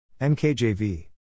NKJV